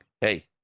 hey